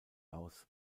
aus